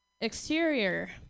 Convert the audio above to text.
Exterior